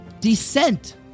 descent